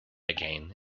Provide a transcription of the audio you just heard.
again